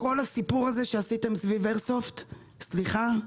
כל הסיפור הזה שעשיתם סביב איירסופט, סליחה,